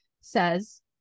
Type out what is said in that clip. says